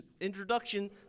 introduction